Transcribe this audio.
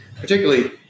particularly